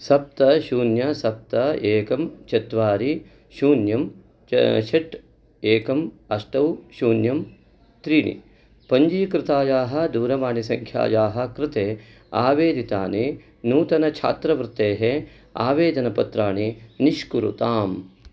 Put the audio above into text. सप्त शून्यं सप्त एकं चत्वारि शून्यं च षट् एकम् अष्ट शून्यं त्रीणि पञ्जीकृतायाः दूरवाणीसङ्ख्यायाः कृते आवेदितानि नूतनछात्रवृत्तेः आवेदनपत्राणि निष्कुरुताम्